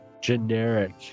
generic